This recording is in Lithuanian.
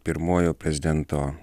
pirmuoju prezidento